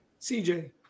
CJ